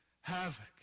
havoc